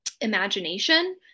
imagination